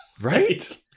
Right